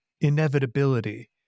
inevitability